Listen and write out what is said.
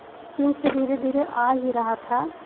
चीन से धीरे धीरे आ ही रहा था